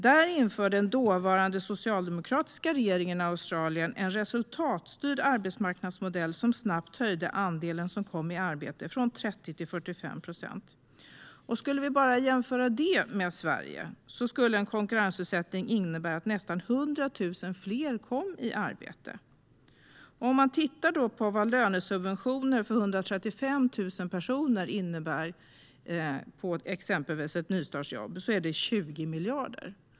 Där införde den dåvarande socialdemokratiska regeringen en resultatstyrd arbetsmarknadsmodell som snabbt höjde andelen som kom i arbete från 30 till 45 procent. Skulle vi jämföra det med Sverige skulle en konkurrensutsättning innebära att nästan 100 000 fler kom i arbete. Om man tittar på vad lönesubventioner för 135 000 personer innebär när det exempelvis gäller nystartsjobb ser man att det är 20 miljarder.